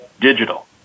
digital